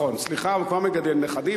נכון, סליחה, הוא כבר מגדל נכדים.